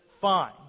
fine